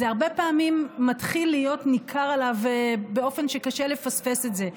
זה הרבה פעמים מתחיל להיות ניכר עליו באופן שקשה לפספס את זה.